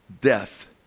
death